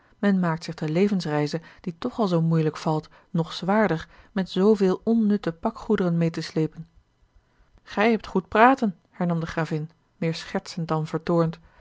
men maakt zich de levensreize die toch al zoo moeielijk valt nog zwaarder met zooveel onnutte pakgoederen meê te sleepen gij hebt goed praten hernam de gravin meer schertsend dan vertoornd